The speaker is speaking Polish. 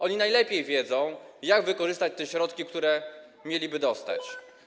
One najlepiej wiedzą, jak wykorzystać te środki, które miałyby dostać.